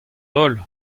daol